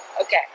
Okay